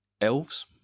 elves